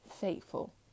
faithful